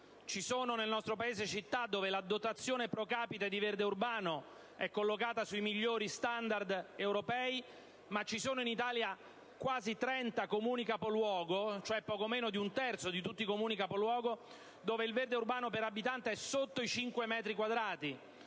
ci sono nel nostro Paese città dove la dotazione *pro capite* di verde urbano è collocata sui migliori standard europei, ma ci sono anche quasi trenta Comuni capoluogo - cioè poco meno di un terzo del totale dei Comuni capoluogo - dove il verde urbano per abitante è sotto i cinque metri quadrati,